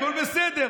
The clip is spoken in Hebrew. הכול בסדר,